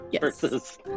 versus